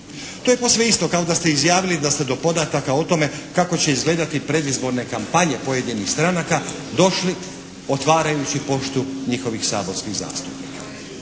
To je posve isto kao da ste izjavili da ste do podataka o tome kako će izgledati predizborne kampanje pojedinih stranaka došli otvarajući poštu njihovih saborskih zastupnika.